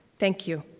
thank you.